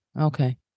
okay